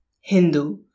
Hindu